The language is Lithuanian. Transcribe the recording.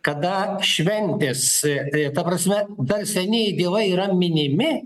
kada šventės tai ta prasme dar senieji dievai yra minimi